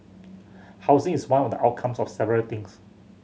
housing is one of the outcomes of several things